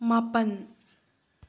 ꯃꯥꯄꯜ